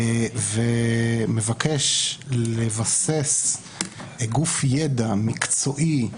ומבקש לבסס גוף ידע מקצועי,